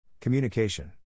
Communication